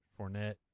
Fournette